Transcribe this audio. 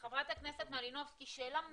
חברת הכנסת מלינובסקי, שאלה מצוינת,